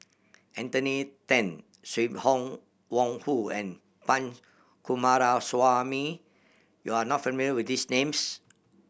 Anthony Then Sim Wong Hoo and Punch Coomaraswamy you are not familiar with these names